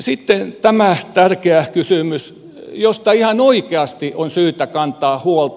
sitten tämä tärkeä kysymys josta ihan oikeasti on syytä kantaa huolta